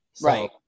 Right